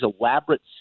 elaborate